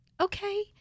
okay